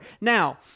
Now